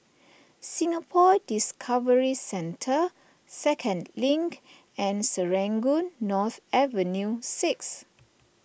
Singapore Discovery Centre Second Link and Serangoon North Avenue six